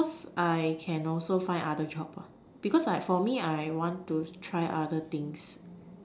cause I also can find other job because like for me I want to try other things